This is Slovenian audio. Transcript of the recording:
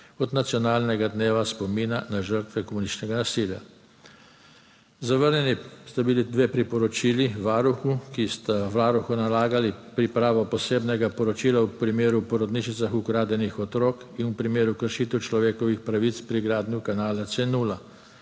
kot nacionalnega dneva spomina na žrtve komunističnega nasilja. Zavrnjeni sta bili dve priporočili varuhu, ki sta Varuhu nalagali pripravo posebnega poročila v primeru v porodnišnicah ukradenih otrok in v primeru kršitev človekovih pravic pri gradnji kanala C0.